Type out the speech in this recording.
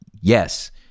yes